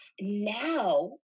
now